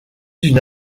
d’une